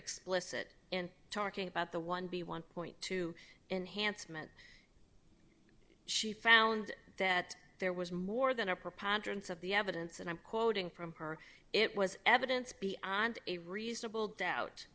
explicit in talking about the one b one point two enhanced meant she found that there was more than a preponderance of the evidence and i'm quoting from her it was evidence beyond a reasonable doubt